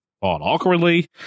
awkwardly